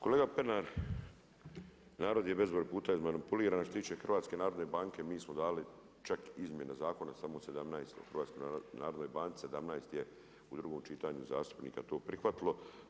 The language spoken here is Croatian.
Kolega Pernar, narod je bezbroj puta iz manipuliran, a što se tiče HNB, mi smo dali čak i izmjene zakona samo u 17 o HNB, 17 je u drugom čitanju zastupnika to prihvatilo.